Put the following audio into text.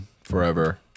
forever